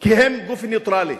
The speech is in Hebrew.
כי הם גוף נייטרלי.